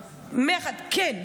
מ-13:00.